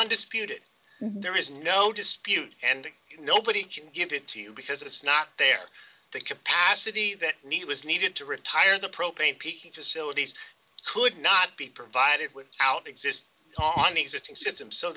undisputed there is no dispute and nobody can give it to you because it's not there that capacity that was needed to retire the propane peaking facilities could not be provided with out exist on the existing system so